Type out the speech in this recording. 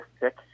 pick